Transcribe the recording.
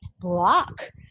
block